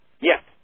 Yes